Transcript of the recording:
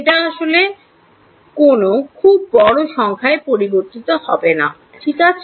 এটা আসলে কোন খুব বড় সংখ্যায় পরিবর্তিত হবে না ঠিক আছে